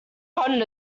gotten